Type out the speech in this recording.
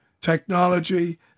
technology